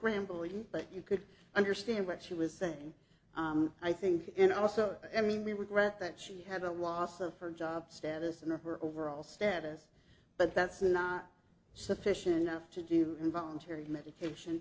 rambling but you could understand what she was saying i think in also i mean we regret that she had a loss of her job status in the her overall status but that's not sufficient enough to do involuntary